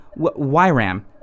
YRAM